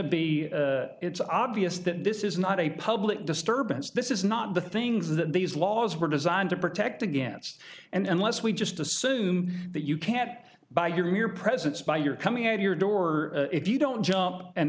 be it's obvious that this is not a public disturbance this is not the things that these laws were designed to protect against and unless we just assume that you can't by your mere presence by you're coming out of your door if you don't jump and